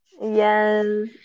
Yes